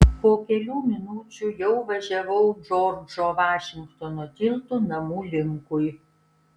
po kelių minučių jau važiavau džordžo vašingtono tiltu namų linkui